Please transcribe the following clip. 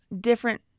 different